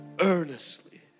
earnestly